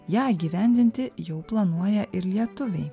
ją įgyvendinti jau planuoja ir lietuviai